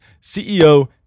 CEO